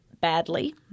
badly